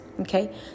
okay